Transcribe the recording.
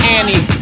Annie